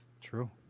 True